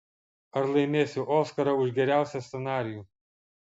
ar laimėsiu oskarą už geriausią scenarijų